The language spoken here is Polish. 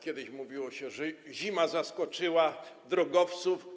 Kiedyś mówiło się, że zima zaskoczyła drogowców.